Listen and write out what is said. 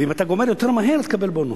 ואם אתה גומר יותר מהר, תקבל בונוס.